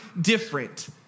different